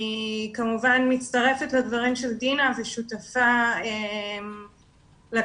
אני כמובן מצטרפת לדברים של דינה ושותפה לקריאה